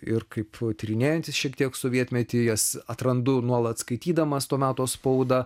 ir kaip tyrinėjantis šiek tiek sovietmetį jas atrandu nuolat skaitydamas to meto spaudą